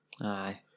Aye